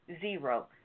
Zero